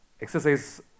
Exercise